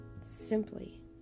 simply